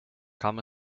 kam